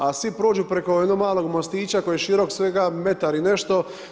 A svi prođu preko jednog malog mostića, koji je širok, svega metar i nešto.